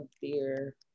beer